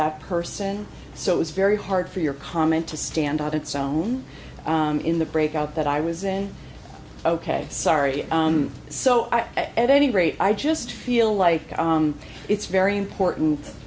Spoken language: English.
that person so it's very hard for your comment to stand on its own i'm in the breakout that i was in ok sorry so i at any rate i just feel like it's very important